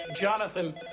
Jonathan